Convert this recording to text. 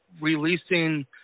releasing